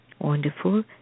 Wonderful